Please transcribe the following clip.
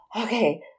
okay